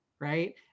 Right